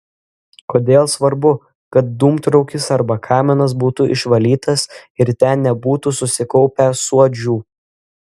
kodėl svarbu kad dūmtraukis arba kaminas būtų išvalytas ir ten nebūtų susikaupę suodžių